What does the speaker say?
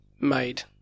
made